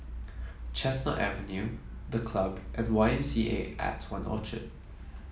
Chestnut Avenue The Club and Y M C A At One Orchard